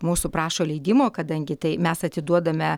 mūsų prašo leidimo kadangi tai mes atiduodame